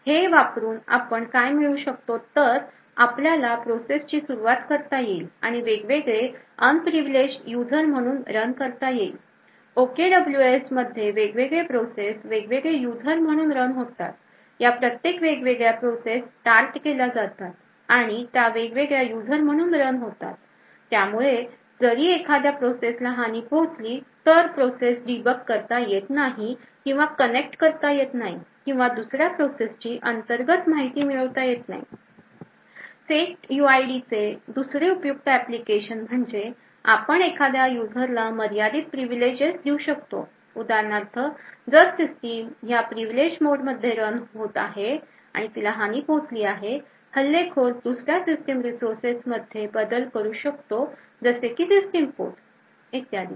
हे वापरून आपण काय मिळवू शकतो तर आपल्याला प्रोसेसची सुरुवात करता येईल आणि वेगवेगळे unprivileged यूजर म्हणून रन करता येईल OKWS मध्ये वेगवेगळ्या प्रोसेस वेगवेगळे युजर म्हणून रन होतातया प्रत्येक वेगवेगळ्या प्रोसेस स्टार्ट केल्या जातात आणि त्या वेगवेगळे युजर म्हणून रन होतात त्यामुळे जर एखाद्या प्रोसेस ला हानी पोहोचली तर प्रोसेस debug करता येत नाही किंवा कनेक्ट करता येत नाही किंवा दुसऱ्या प्रोसेसची अंतर्गत माहिती मिळवता येत नाही setuid दुसरे उपयुक्त एप्लीकेशन म्हणजे आपण एखाद्या युजरला मर्यादित privileges देऊ शकतो उदाहरणार्थ जर सिस्टीम ह्या privileged मोडमध्ये रन होत आहे आणि तिला हानी पोहोचली आहे हल्लेखोर दुसऱ्या सिस्टीम रिसोर्सेस मध्ये बदल करू शकतो जसे की सिस्टीम पोर्ट इत्यादी